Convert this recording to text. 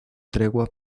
tregua